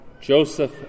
Joseph